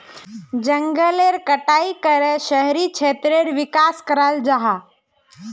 जनगलेर कटाई करे शहरी क्षेत्रेर विकास कराल जाहा